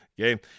Okay